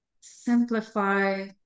simplify